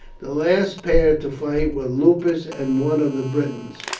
the last pair to fight were lupus and one of the britons.